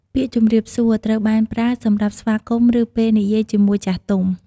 ពាក្យ "ជំរាបសួរ" ត្រូវបានប្រើសម្រាប់ស្វាគមន៍ ឬពេលនិយាយជាមួយចាស់ទុំ។